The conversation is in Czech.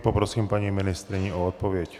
Poprosím paní ministryni o odpověď.